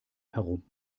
herum